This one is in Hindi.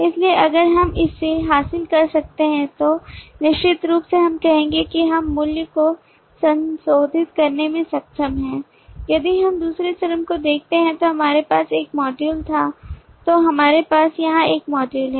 इसलिए अगर हम इसे हासिल कर सकते हैं तो निश्चित रूप से हम कहेंगे कि हम मूल्य को संशोधित करने में सक्षम हैं यदि हम दूसरे चरम को करते हैं जो हमारे पास एक मॉड्यूल था तो हमारे पास यहां एक मॉड्यूल है